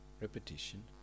repetition